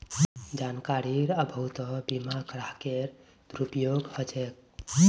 जानकारीर अभाउतो बीमा ग्राहकेर दुरुपयोग ह छेक